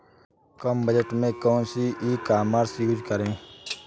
कम budget में कौन सी ई कॉमर्स यूज़ करें?